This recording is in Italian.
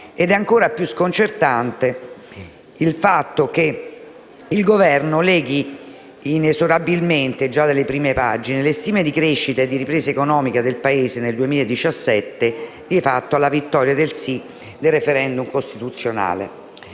Ancora più sconcertante è il fatto che il Governo leghi inesorabilmente - già dalle prime pagine - le stime di crescita e di ripresa economica del Paese nel 2017 alla vittoria del sì al *referendum* costituzionale.